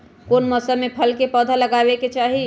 कौन मौसम में फल के पौधा लगाबे के चाहि?